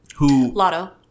Lotto